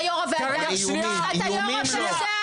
אתה יו"ר הוועדה, אתה יו"ר הוועדה.